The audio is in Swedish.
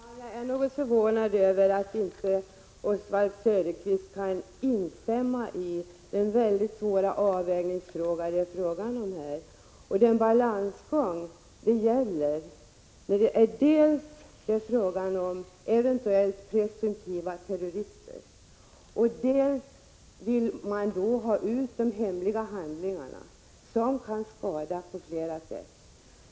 Herr talman! Jag är något förvånad över att Oswald Söderqvist inte kan instämma i att det här är en mycket svår avvägningsfråga. Det är ju en balansgång — dels är det fråga om eventuellt presumtiva terrorister, dels vill man ha ut de hemliga handlingarna, som kan skada på flera sätt.